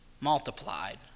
multiplied